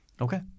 Okay